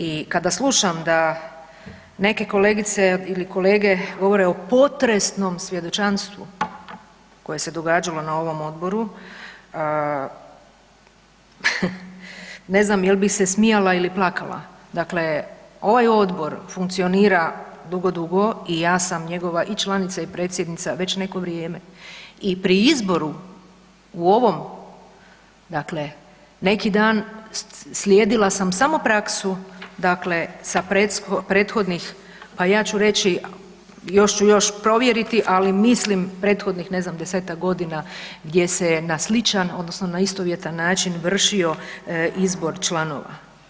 I kada slušam da neke kolegice ili kolege govore o potresnom svjedočanstvu koje se događalo na ovom odboru, ne znam jel bi se smijala ili plakala, dakle ovaj odbor funkcionira dugo, dugo i ja sam njegova i članica i predsjednica već neko vrijeme i pri izboru u ovom dakle neki dan slijedila sam samo praksu dakle sa prethodnih, a ja ću reći, još ću provjeriti, ali mislim prethodnih, ne znam 10-ak godina gdje se je na sličan odnosno na istovjetan način vršio izbor članova.